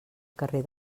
carrer